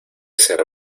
ser